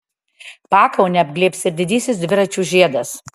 pakaunę apglėbs ir didysis dviračių žiedas